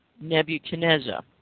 Nebuchadnezzar